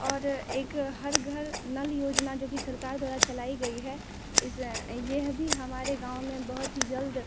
और एक हर घर नल योजना जो कि सरकार द्वारा चलाई गई है इस ये भी हमारे गाँव में बहुत ही जल्द